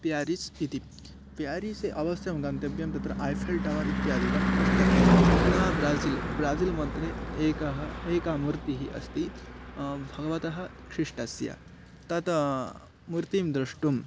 Paris इति Paris अवश्यं गन्तव्यं तत्र ऐफ़ेल् टवर् इत्यादिकं द्रष्टव्यं पुनः ब्राज़िल् ब्राज़िल् मध्ये एकः एका मूर्तिः अस्ति भवतः शिष्टस्य तत् मूर्तिं द्रष्टुम्